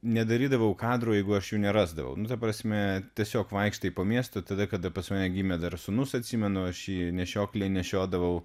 nedarydavau kadrų jeigu aš jų nerasdavau nu ta prasme tiesiog vaikštai po miestą tada kada pas mane gimė dar sūnus atsimenu aš jį nešioklėj nešiodavau